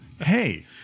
Hey